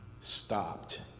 stopped